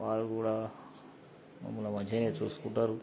వారు కూడా మమ్మల్ని మంచిగానే చూసుకుంటారు